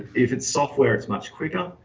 if it's software it's much quicker,